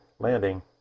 Landing